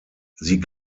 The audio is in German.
sie